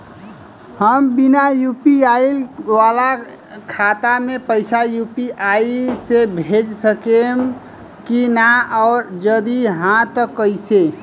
हम बिना यू.पी.आई वाला खाता मे पैसा यू.पी.आई से भेज सकेम की ना और जदि हाँ त कईसे?